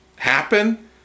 Happen